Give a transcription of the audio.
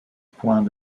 point